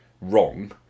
wrong